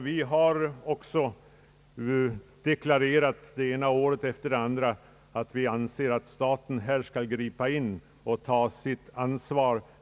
Vi har deklarerat det ena året efter det andra att vi anser att staten här skall gripa in och ta sitt ansvar.